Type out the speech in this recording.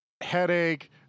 headache